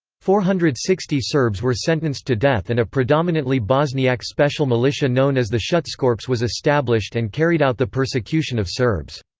four hundred and sixty serbs were sentenced to death and a predominantly bosniak special militia known as the schutzkorps was established and carried out the persecution of serbs.